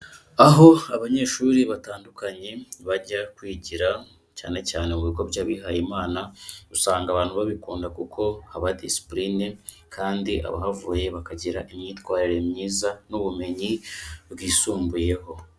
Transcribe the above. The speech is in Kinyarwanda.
Aho abanyeshuri batandukanye bajya kwigira cyane cyane mu bigo by'abihayimana, usanga abantu babikunda kuko haba disipurine kandi abahavuye bakagira imyitwarire myiza n'ubumenyi bwisumbuyeho.